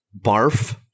Barf